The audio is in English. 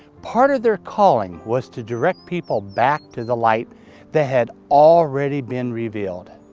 part of their calling was to direct people back to the light that had already been revealed.